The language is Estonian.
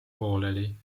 pooleli